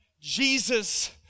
Jesus